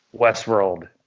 Westworld